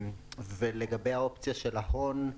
ולגבי האופציה של ההון,